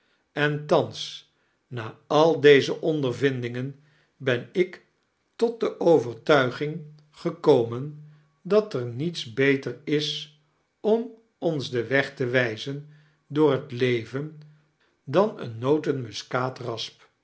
en thans na al deze ondervindingen ben ik tot de overtuigimg gekomen dat er niets beter is om ons den weg te wijzen door het leven dan een